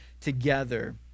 together